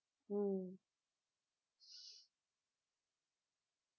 mm